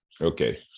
Okay